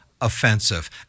offensive